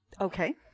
Okay